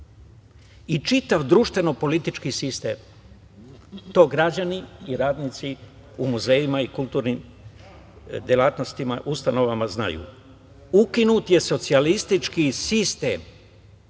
i čitav društveno politički sistem. To građani i radnici u muzejima i kulturnim delatnostima, ustanovama znaju. Ukinut je socijalistički sistem,